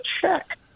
check